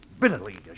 bitterly